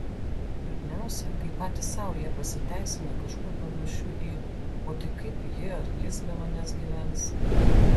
liūdniausia kai patys sau jie pasiteisina kažkuo panašiu į o tai kaip ji ar jis be manęs gyvens